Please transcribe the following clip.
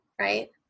right